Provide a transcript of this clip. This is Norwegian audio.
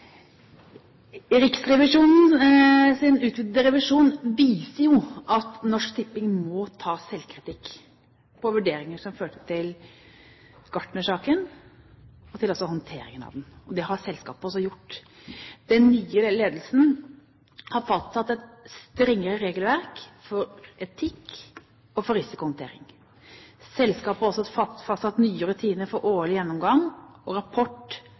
Riksrevisjonens utvidede revisjon viser at Norsk Tipping må ta selvkritikk på vurderinger som førte til gartnersaken og til håndteringen av den. Det har selskapet også gjort. Den nye ledelsen har fastsatt et strengere regelverk for etikk og risikohåndtering. Selskapet har også fastsatt nye rutiner for årlig gjennomgang og rapport